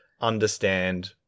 understand